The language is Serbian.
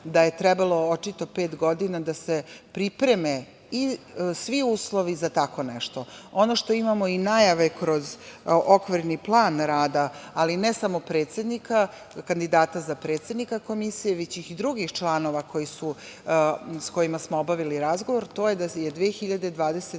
da je trebalo očito pet godina da se pripreme i svi uslovi za tako nešto. Ono što imamo i najave kroz okvirni plan rada, ali ne samo predsednika, kandidata za predsednika Komisije, već i drugih članova sa kojima smo obavili razgovor, to je da je 2022.